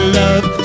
love